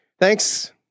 Thanks